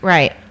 Right